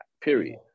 Period